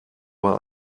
war